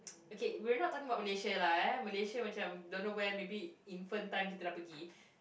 okay we're not talking about Malaysia lah Malaysia macam don't know when maybe infant time kita dah pergi